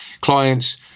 clients